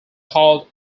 called